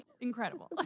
Incredible